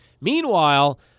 Meanwhile